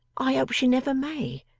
i hope she never may,